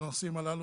הנושאים הללו.